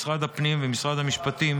משרד הפנים ומשרד המשפטים,